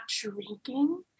drinking